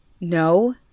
No